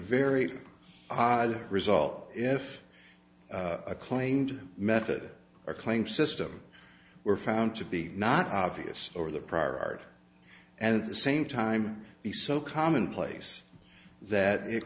very odd result if a claimed method or claim system were found to be not obvious over the prior art and the same time be so commonplace that it